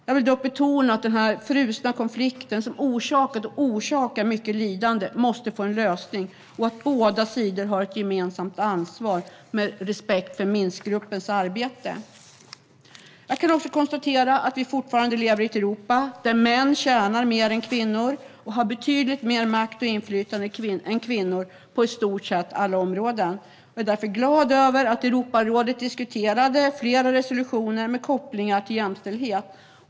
Jag vill dock betona att denna frusna konflikt som har orsakat och orsakar mycket lidande måste få en lösning och att båda sidor har ett gemensamt ansvar med respekt för Minskgruppens arbete. Jag kan också konstatera att vi fortfarande lever i ett Europa där män tjänar mer än kvinnor och har betydligt mer makt och inflytande än kvinnor på i stort sett alla områden. Jag är därför glad över att Europarådet diskuterade flera resolutioner med kopplingar till jämställdhet.